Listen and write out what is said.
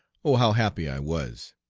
oh how happy i was!